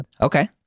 Okay